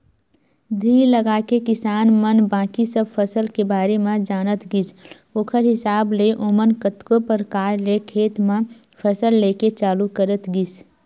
धीर लगाके किसान मन बाकी सब फसल के बारे म जानत गिस ओखर हिसाब ले ओमन कतको परकार ले खेत म फसल लेके चालू करत गिस